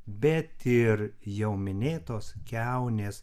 bet ir jau minėtos kiaunės